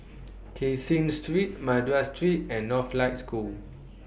Caseen Street Madras Street and Northlight School